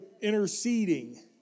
interceding